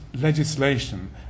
legislation